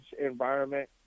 environment